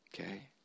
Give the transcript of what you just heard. Okay